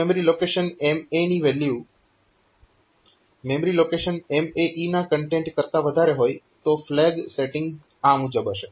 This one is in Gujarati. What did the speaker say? જો મેમરી લોકેશન MA ની વેલ્યુ મેમરી લોકેશન MAE ના કન્ટેન્ટ કરતાં વધારે હોય તો ફ્લેગ સેટીંગ આ મુજબ હશે